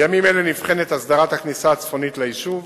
בימים אלה נבחנת הסדרת הכניסה הצפונית ליישוב.